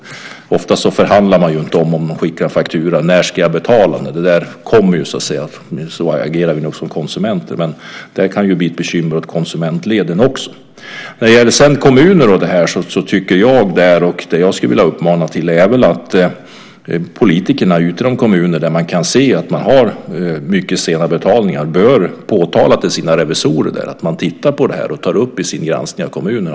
Ofta förhandlar man inte om när man ska betala när det ska skickas en faktura, utan fakturan kommer bara. Så agerar vi nog som konsumenter. Men det här kan bli ett bekymmer också i konsumentleden. När det sedan gäller kommunerna så tycker jag att politikerna ute i de kommuner där man kan se att det är mycket sena betalningar bör påtala detta för sina revisorer. Det vill jag uppmana till. Revisorerna ska ta upp detta i sin granskning av kommunerna.